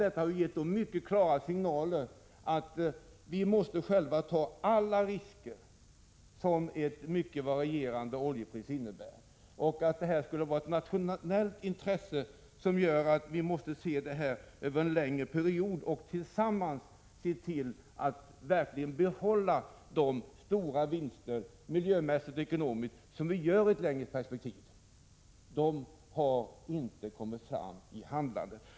Detta har gett folk i branschen klara signaler om att de själva måste ta alla de risker som ett mycket varierande oljepris innebär. Detta är ett nationellt intresse, som måste betraktas i ett längre perspektiv. Då kan vi behålla stora miljömässiga och ekonomiska vinster. Men detta intresse har inte visat sig i något handlande.